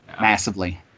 massively